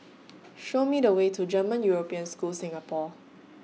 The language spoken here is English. Show Me The Way to German European School Singapore